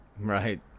right